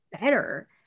better